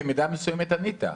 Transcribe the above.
במידה מסוימת ענית.